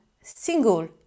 single